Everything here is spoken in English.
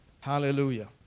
Hallelujah